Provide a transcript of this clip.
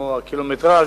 הקילומטרז',